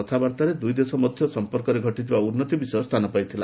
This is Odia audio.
କଥାବାର୍ତ୍ତାରେ ଦୁଇଦେଶ ମଧ୍ୟରେ ସମ୍ପର୍କରେ ଘଟିଥିବା ଉନ୍ନତି ବିଷୟ ସ୍ଥାନ ପାଇଥିଲା